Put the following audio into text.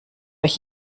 euch